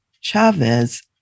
Chavez